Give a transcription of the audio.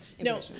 no